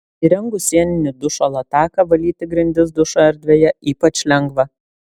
įrengus sieninį dušo lataką valyti grindis dušo erdvėje ypač lengva